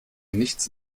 nichts